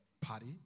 party